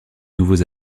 nouveaux